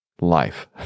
life